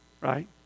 Right